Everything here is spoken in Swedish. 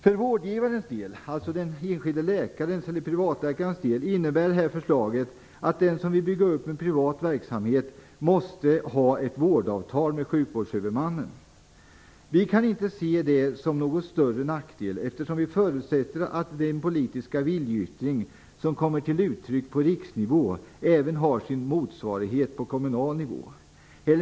För vårdgivarens del - den enskilde läkaren, privatläkaren - innebär det här förslaget att den som vill bygga upp en privat verksamhet måste ha ett vårdavtal med sjukvårdshuvudmannen. Vi kan inte se det som någon större nackdel, eftersom vi förutsätter att den politiska viljeyttring som kommer till uttryck på riksnivå har sin motsvarighet på kommunal nivå.